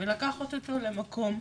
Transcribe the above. ולקחת אותו למקום,